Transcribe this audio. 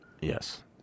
Yes